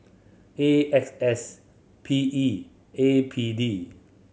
A X S P E A P D